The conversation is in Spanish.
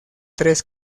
tres